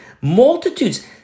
multitudes